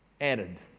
added